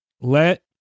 Let